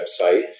website